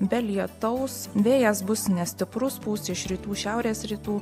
be lietaus vėjas bus nestiprus pūs iš rytų šiaurės rytų